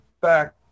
back